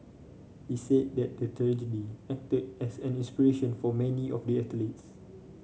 he said the tragedy acted as an inspiration for many of the athletes